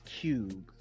Cube